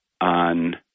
on